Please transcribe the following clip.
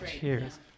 cheers